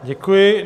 Děkuji.